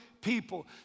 people